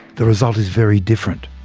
the result is very different.